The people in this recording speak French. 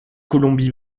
colombie